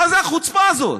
מה זו החוצפה הזאת?